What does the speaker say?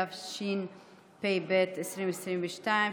התשפ"ב 2022,